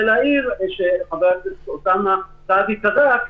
להעיר שחבר הכנסת אוסאמה סעדי צדק,